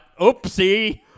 Oopsie